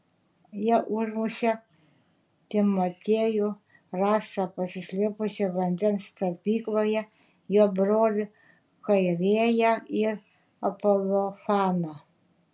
jie užmušė timotiejų rastą pasislėpusį vandens talpykloje jo brolį chairėją ir apolofaną